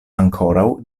ankoraŭ